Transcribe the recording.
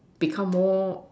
become more